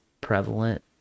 prevalent